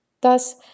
Thus